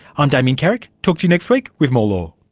i'm damien carrick, talk to you next week with more law